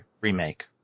remake